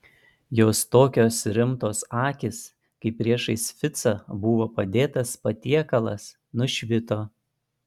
jos tokios rimtos akys kai priešais ficą buvo padėtas patiekalas nušvito